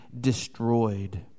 destroyed